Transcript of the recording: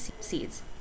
seeds